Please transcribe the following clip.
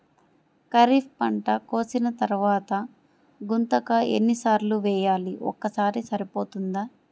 ఖరీఫ్ పంట కోసిన తరువాత గుంతక ఎన్ని సార్లు వేయాలి? ఒక్కసారి సరిపోతుందా?